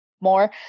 more